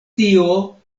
tio